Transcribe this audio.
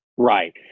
Right